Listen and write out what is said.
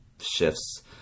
shifts